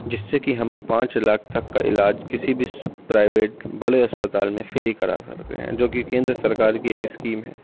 جس سے کہ ہم پانچ لاکھ تک کا علاج کسی بھی پرائیویٹ بڑے اسپتال میں فری کرا سکتے ہیں جوکہ کیندر سرکار کی ایک اسکیم ہے